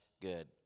good